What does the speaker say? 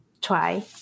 try